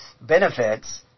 benefits